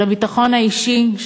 של הביטחון האישי,